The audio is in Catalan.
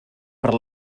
per